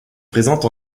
présente